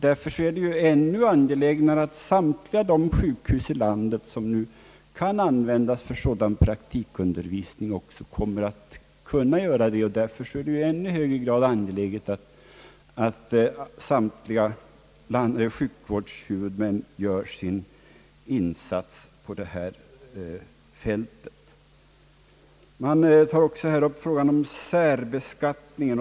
Därför är det angeläget att alla de sjukhus i landet som nu kan användas för sådan praktikundervisning också kommer ett användas härför och att sjukvårdshuvudmännen gör sin insats på detta fält. Man tar också här upp frågan om särbeskattningen.